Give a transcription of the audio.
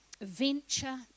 venture